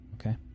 Okay